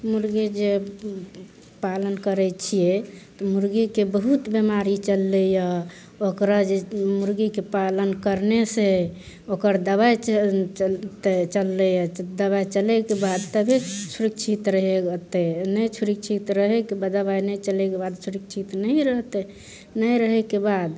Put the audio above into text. मुर्गे जे पालन करै छियै मुर्गेके बहुत बेमारी चललै यऽ ओकरा जे मुर्गीके पालन करने से ओकर दबाइ चल चललै यऽ दबाइ चलैके बाद तबे सुरक्षित रहतै नहि सुरक्षित रहै दबाइ नहि चलैके बाद सुरक्षित नहि रहतै नहि रहैके बाद